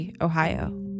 Ohio